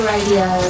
Radio